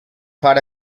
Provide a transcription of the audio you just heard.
far